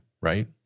right